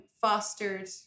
fostered